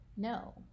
no